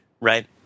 right